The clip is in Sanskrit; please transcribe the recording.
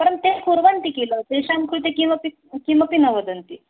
परं ते कुर्वन्ति किल तेषां कृते किमपि किमपि न वदन्ति